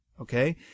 Okay